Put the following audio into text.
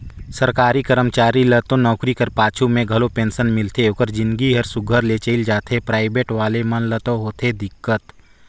सरकारी करमचारी ल तो नउकरी कर पाछू में घलो पेंसन मिलथे ओकर जिनगी हर सुग्घर ले चइल जाथे पराइबेट वाले मन ल होथे दिक्कत